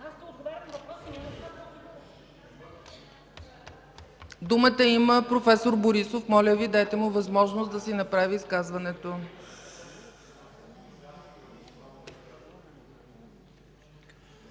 Думата има проф. Борисов. Моля Ви, дайте му възможност да си направи изказването.